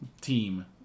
team